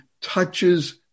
touches